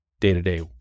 day-to-day